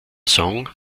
song